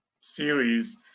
series